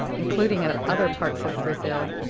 including and in other parts of brazil,